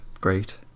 great